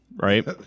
right